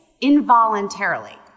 involuntarily